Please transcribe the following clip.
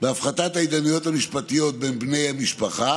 בהפחתת ההתדיינויות המשפטיות בין בני משפחה